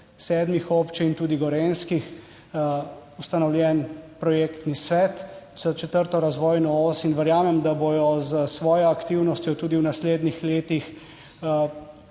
sedmih občin, tudi gorenjskih, ustanovljen projektni svet za četrto razvojno os in verjamem, da bodo s svojo aktivnostjo tudi v naslednjih letih